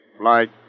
Flight